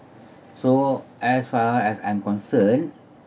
so as far as I am concerned